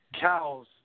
cows